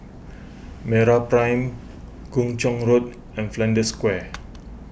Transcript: MeraPrime Kung Chong Road and Flanders Square